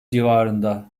civarında